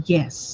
Yes